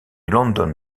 london